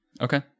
Okay